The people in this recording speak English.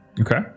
Okay